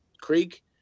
creek